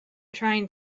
trying